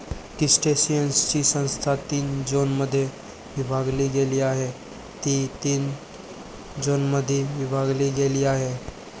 क्रस्टेशियन्सची संस्था तीन झोनमध्ये विभागली गेली आहे, जी तीन झोनमध्ये विभागली गेली आहे